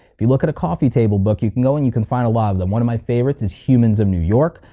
if you look at a coffee table book you can go and you can find a lot of them, one of my favorites is humans of new york,